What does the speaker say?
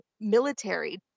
military